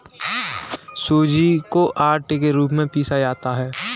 सूजी को आटे के रूप में पीसा जाता है